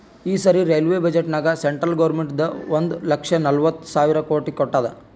ಈ ಸರಿ ರೈಲ್ವೆ ಬಜೆಟ್ನಾಗ್ ಸೆಂಟ್ರಲ್ ಗೌರ್ಮೆಂಟ್ ಒಂದ್ ಲಕ್ಷದ ನಲ್ವತ್ ಸಾವಿರ ಕೋಟಿ ಕೊಟ್ಟಾದ್